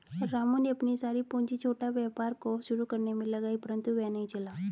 राम ने अपनी सारी पूंजी छोटा व्यापार को शुरू करने मे लगाई परन्तु वह नहीं चला